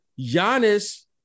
Giannis